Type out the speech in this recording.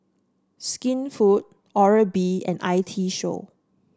Skinfood Oral B and I T Show